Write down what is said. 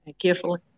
carefully